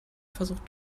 versucht